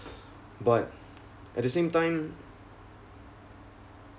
but at the same time